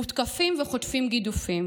מותקפים וחוטפים גידופים,